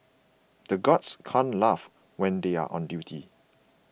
the guards can't laugh when they are on duty